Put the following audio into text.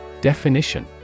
Definition